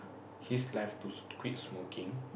his life to quit smoking